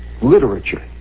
literature